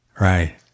Right